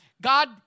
God